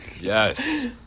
Yes